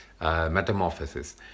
metamorphosis